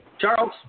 Charles